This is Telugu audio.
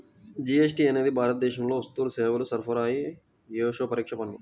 జీఎస్టీ అనేది భారతదేశంలో వస్తువులు, సేవల సరఫరాపై యేసే పరోక్ష పన్ను